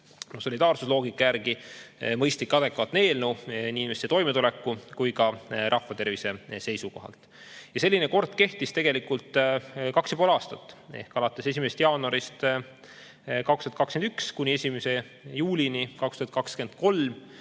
solidaarsusloogika järgi mõistlik, adekvaatne eelnõu nii inimeste toimetuleku ka rahvatervise seisukohalt. Selline kord kehtis tegelikult kaks ja pool aastat, alates 1. jaanuarist 2021 kuni 1. juulini 2023.